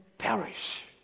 perish